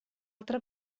altra